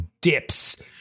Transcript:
dips